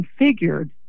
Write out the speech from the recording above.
configured